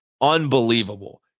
Unbelievable